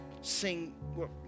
sing